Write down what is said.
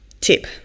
tip